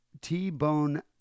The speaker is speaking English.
T-bone